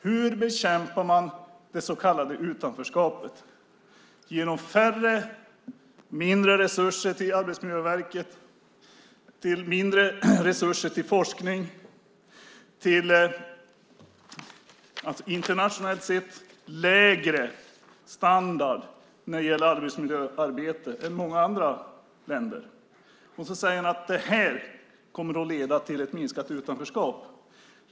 Hur bekämpar man det så kallade utanförskapet genom mindre resurser till Arbetsmiljöverket, med mindre resurser till forskning och med internationellt sett lägre standard i arbetsmiljöarbetet? Han säger att det här kommer att leda till ett minskat utanförskap.